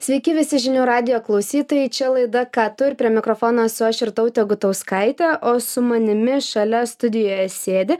sveiki visi žinių radijo klausytojai čia laida ką tu ir prie mikrofono esu aš ir irautė gutauskaitė o su manimi šalia studijoje sėdi